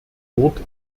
wort